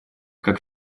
как